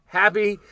happy